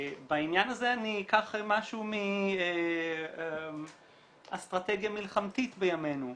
בעניין הזה אני אקח משהו מאסטרטגיה מלחמתית בימינו.